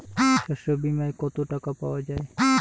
শস্য বিমায় কত টাকা পাওয়া যায়?